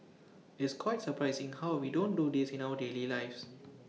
it's quite surprising how we don't do this in our daily lives